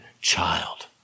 child